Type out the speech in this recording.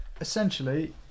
essentially